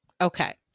Okay